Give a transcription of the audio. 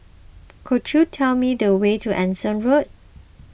could you tell me the way to Anson Road